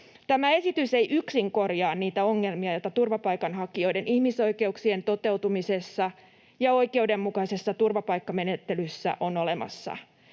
Tämä esitys ei yksin korjaa niitä ongelmia, joita turvapaikanhakijoiden ihmisoikeuksien toteutumisessa ja oikeudenmukaisessa turvapaikkamenettelyssä on olemassa,